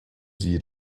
sie